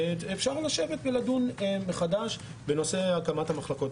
אפשר לשבת ולדון מחדש בנושא הקמת המחלקות.